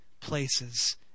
places